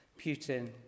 Putin